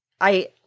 I-